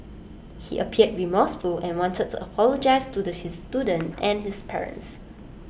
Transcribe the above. he appeared remorseful and wanted to apologise to the student and his parents